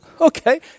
Okay